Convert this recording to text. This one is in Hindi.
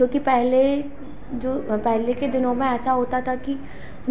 क्योंकि पहले जो पहले के दिनों में ऐसा होता था कि